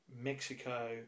Mexico